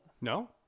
No